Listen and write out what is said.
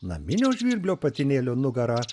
naminio žvirblio patinėlio nugara